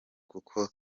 kuko